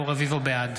בעד